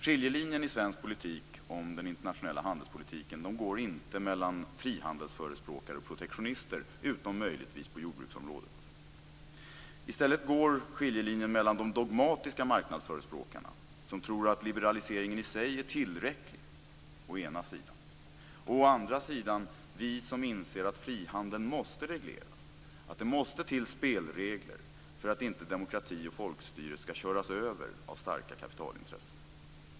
Skiljelinjen i svensk politik om den internationella handelspolitiken går inte mellan frihandelsförespråkare och protektionister, utom möjligtvis på jordbruksområdet. I stället går skiljelinjen å ena sidan mellan de dogmatiska marknadsförespråkarna, som tror att liberaliseringen i sig är tillräcklig, och å andra sidan vi som inser att frihandeln måste regleras, att det måste till spelregler för att inte demokrati och folkstyre skall köras över av starka kapitalintressen.